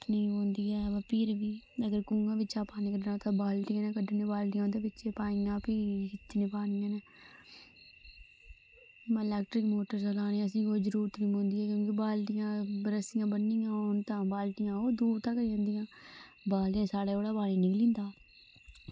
निं पौंदी ऐ पर फिर बी अगर कुएं चा पानी कड्ढनी ते बाल्टियें कन्नै फिर बी बाइयां खिच्चनी पानी कन्नै मतलब इलैक्ट्रिक चलाने दी असेंगी कोई जरूरत निं पौंदी ऐ मतलब की रस्सियां बन्नी दियां होन तां रस्सियां ओह् दूर तगर जंदियां बाल्टी साढ़े ओहड़ा पानी निकली जंदा